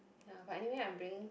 ya but anyway I'm bringing